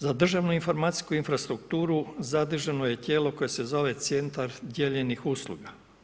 Za državnu informacijsku infrastrukturu, zadržano je tijelo koje se zove centar dijeljenih usluga.